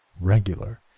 regular